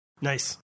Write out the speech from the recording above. Nice